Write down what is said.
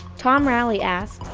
tom rowley asked,